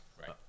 right